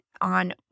on